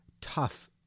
tough